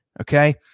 Okay